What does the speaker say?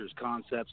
Concepts